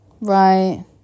Right